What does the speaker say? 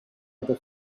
other